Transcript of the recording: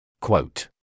Quote